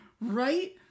Right